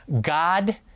god